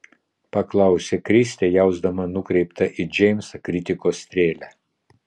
paklausė kristė jausdama nukreiptą į džeimsą kritikos strėlę